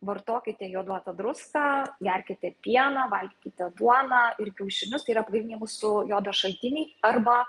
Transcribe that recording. vartokite joduotą druską gerkite pieną valgykite duoną ir kiaušinius tai yra pagrindiniai mūsų jodo šaltiniai arba